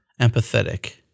empathetic